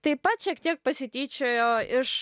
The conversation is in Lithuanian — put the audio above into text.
taip pat šiek tiek pasityčiojo iš